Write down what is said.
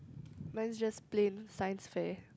mine is just plain science fair